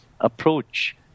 approach